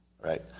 right